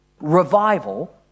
Revival